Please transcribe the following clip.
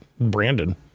Brandon